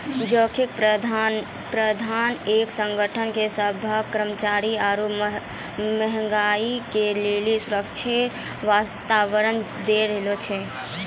जोखिम प्रबंधन एक संगठन के सभ्भे कर्मचारी आरू गहीगी के लेली सुरक्षित वातावरण दै छै